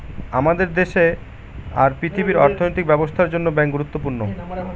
আমাদের দেশে আর পৃথিবীর অর্থনৈতিক ব্যবস্থার জন্য ব্যাঙ্ক গুরুত্বপূর্ণ